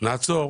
נעצור,